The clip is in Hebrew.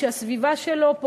שהסביבה של הבית פוגענית.